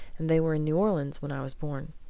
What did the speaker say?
and they were in new orleans when i was born.